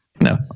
No